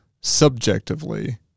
subjectively